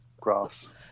grass